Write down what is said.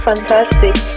Fantastic